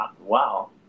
Wow